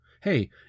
Hey